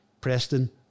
Preston